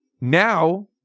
now